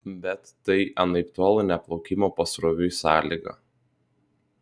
bet tai anaiptol ne plaukimo pasroviui sąlyga